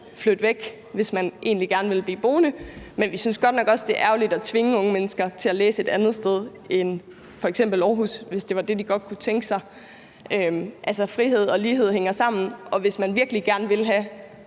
flytte væk, hvis man egentlig gerne vil blive boende. Vi synes godt nok også, det er ærgerligt at svinge unge mennesker til at læse et andet sted end f.eks. Aarhus, hvis det var det, de godt kunne tænke sig. Frihed og lighed hænger sammen, og hvis man virkelig gerne vil have